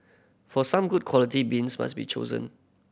for some good quality beans must be chosen